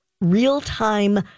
real-time